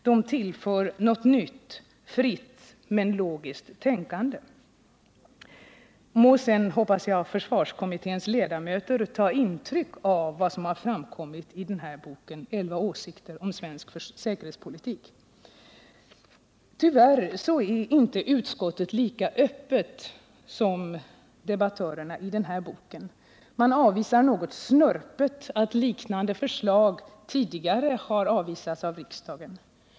De tillför något nytt, fritt men logiskt tänkande. Må sedan försvarskommitténs ledamöter ta intryck av vad som har framkommit i boken Elva åsikter om svensk säkerhetspolitik! Tyvärr är utskottet inte lika öppet som debattörerna i den här boken. Utskottet hänvisar något snörpet till att liknande förslag tidigare har avvisats av riksdagen.